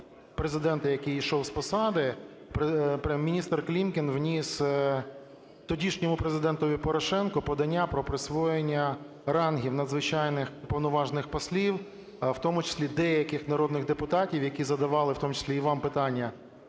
Президента, який йшов з посади, міністр Клімкін вніс тодішньому Президентові Порошенку подання про присвоєння рангів надзвичайних і повноважних послів, в тому числі деяких народних депутатів, які задавали в тому числі і вам питання.